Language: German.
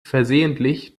versehentlich